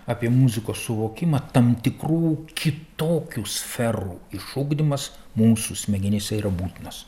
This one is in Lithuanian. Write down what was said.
apie muzikos suvokimą tam tikrų kitokių sferų išugdymas mūsų smegenyse yra būtinas